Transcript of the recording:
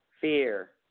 fear